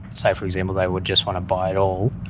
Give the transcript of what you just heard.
so for example they would just want to buy it all,